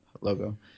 logo